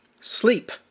Sleep